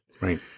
Right